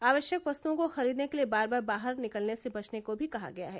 आवश्यक वस्तुओं को खरीदने के लिए बार बार बाहर निकलने से बचने को भी कहा गया है